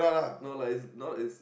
no like it's not as